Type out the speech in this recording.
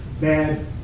bad